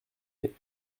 mais